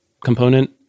component